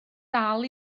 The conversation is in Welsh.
dal